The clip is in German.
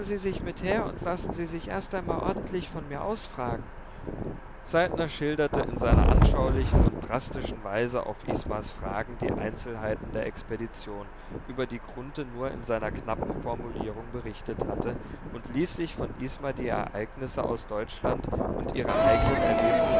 sie sich mit her und lassen sie sich erst einmal ordentlich von mir ausfragen saltner schilderte in seiner anschaulichen und drastischen weise auf ismas fragen die einzelheiten der expedition über die grunthe nur in seiner knappen formulierung berichtet hatte und ließ sich von isma die ereignisse aus deutschland und ihre eigenen erlebnisse